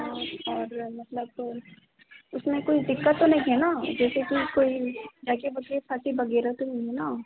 हाँ और मतलब उसमें कोई दिक्कत तो नहीं है ना जैसे कि कोई जाके मुझे फंसी वगैरह तो नहीं है न